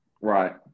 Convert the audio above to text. Right